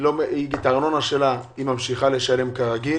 את הארנונה שלה היא ממשיכה לשלם כרגיל